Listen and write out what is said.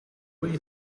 wait